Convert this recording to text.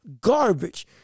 garbage